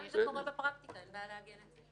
גם אם זה קורה בפרקטיקה, אין בעיה לעגן את זה.